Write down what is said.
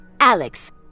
Alex